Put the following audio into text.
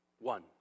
one